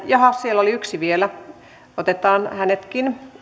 jaaha siellä oli yksi vielä otetaan hänetkin